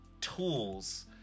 tools